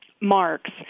marks